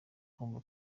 kumva